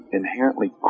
inherently